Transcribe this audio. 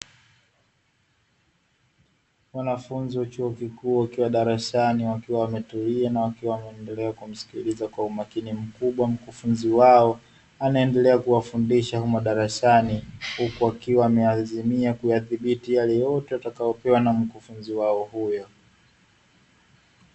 Wanafunzi wa chuo kikuu wakiwa darasani, wakiwa wametulia na wakiwa wameendelea kumsikiliza kwa umakini mkufunzi mkubwa, mkufunzi wao anaendelea kuwafundisha humo darasani, huku akiwa ameazimia kuyadhibiti yale yote watakayopewa na mkufunzi wao huyo.